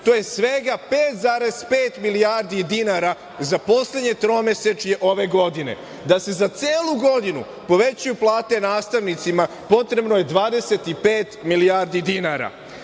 to je svega 5,5 milijardi dinara za poslednje tromesečje ove godine. Da se za celu godinu povećaju plate nastavnicima potrebno je 25 milijardi dinara.